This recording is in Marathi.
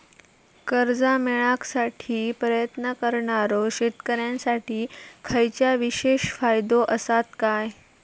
कर्जा मेळाकसाठी प्रयत्न करणारो शेतकऱ्यांसाठी खयच्या विशेष फायदो असात काय?